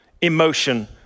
emotion